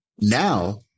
Now